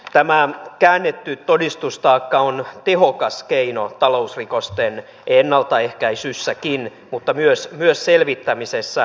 tämä käännetty todistustaakka on tehokas keino talousrikosten ennaltaehkäisyssä mutta myös niiden selvittämisessä